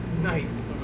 Nice